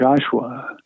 Joshua